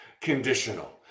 conditional